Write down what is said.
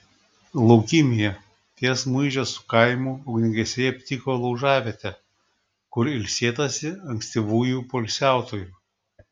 laukymėje ties muižės kaimu ugniagesiai aptiko laužavietę kur ilsėtasi ankstyvųjų poilsiautojų